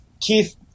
Keith